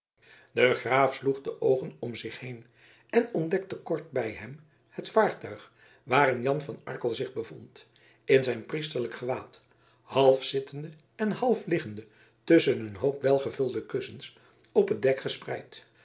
de graaf sloeg de oogen om zich heen en ontdekte kort bij hem het vaartuig waarin jan van arkel zich bevond in zijn priesterlijk gewaad half zittende en half liggende tusschen een hoop welgevulde kussens op het dek gespreid